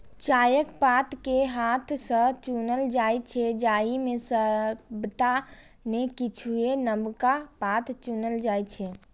चायक पात कें हाथ सं चुनल जाइ छै, जाहि मे सबटा नै किछुए नवका पात चुनल जाइ छै